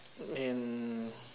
and